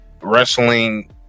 wrestling